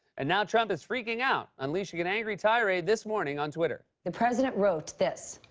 and now trump is freaking out, unleashing an angry tirade this morning on twitter. the president wrote this.